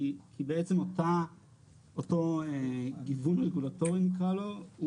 כי בעצם אותו גלגול רגולטורי נקרא לו,